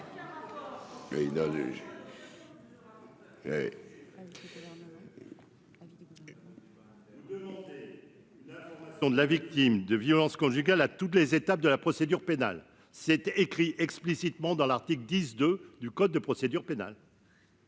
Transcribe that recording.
Vous demandez que la victime de violences conjugales soit informée à toutes les étapes de la procédure pénale. Or c'est écrit explicitement dans l'article 10-2 du code de procédure pénale.